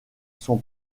son